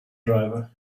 driver